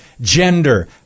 gender